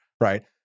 right